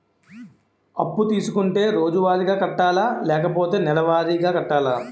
అప్పు తీసుకుంటే రోజువారిగా కట్టాలా? లేకపోతే నెలవారీగా కట్టాలా?